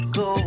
go